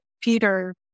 Peter